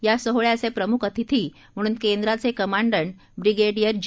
या सोहळ्याचे प्रमुख अतिथी म्हणून केंद्राचे कमान्डंट ब्रिगेडियर जे